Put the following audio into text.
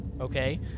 Okay